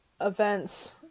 events